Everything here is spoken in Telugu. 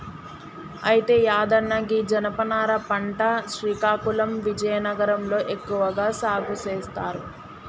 అయితే యాదన్న గీ జనపనార పంట శ్రీకాకుళం విజయనగరం లో ఎక్కువగా సాగు సేస్తారు